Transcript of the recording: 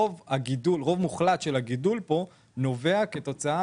הרוב מוחלט של הגידול פה נובע כתוצאה